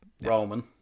Roman